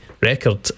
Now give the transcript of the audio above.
record